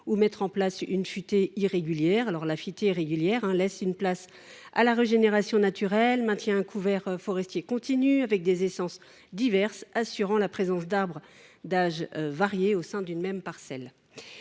ou mettent en place une futaie irrégulière. La futaie irrégulière laisse une place à la régénération naturelle, maintient un couvert forestier continu, composé d’essences diverses, et assure la présence d’arbres d’âges variés au sein d’une même parcelle.